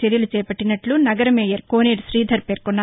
చర్యలు చేవట్టినట్లు నగర మేయర్ కోనేరు శ్రీధర్ పేర్కొన్నారు